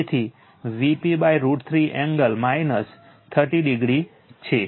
તેથી Vp√ 3 angle 30o છે